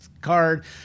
card